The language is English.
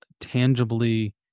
tangibly